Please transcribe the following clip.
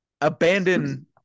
Abandon